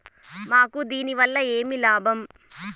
మాకు దీనివల్ల ఏమి లాభం